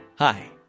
Hi